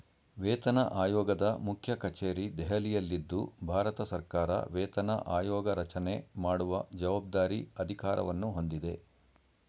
ವೇತನಆಯೋಗದ ಮುಖ್ಯಕಚೇರಿ ದೆಹಲಿಯಲ್ಲಿದ್ದು ಭಾರತಸರ್ಕಾರ ವೇತನ ಆಯೋಗರಚನೆ ಮಾಡುವ ಜವಾಬ್ದಾರಿ ಅಧಿಕಾರವನ್ನು ಹೊಂದಿದೆ